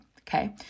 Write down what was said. Okay